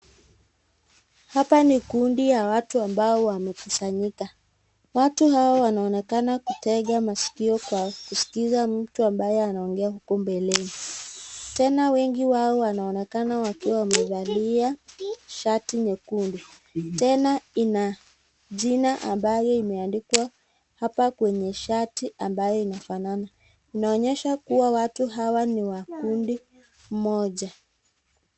Hapa ni kundi ya watu ambao wamekizanyika, watu hawa wanaonekana kuteka masikio kwa kusikisa mtu ambaye anaongea huko mbeleni, tena wengi wao wanaonekana wakiwa wamefalia shati nyekundu, tena ina jina ambayo imeandikwa hapa kwenye shati ambaye inafanana , inaonyesha kuwa watu ni wa kundi moja